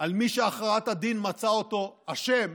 על מי שהכרעת הדין מצאה אותו אשם